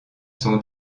sont